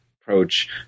approach